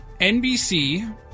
NBC